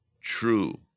true